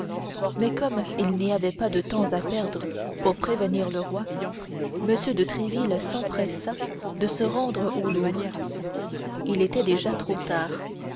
mais comme il n'y avait pas de temps à perdre pour prévenir le roi m de tréville s'empressa de se rendre au louvre il était déjà trop tard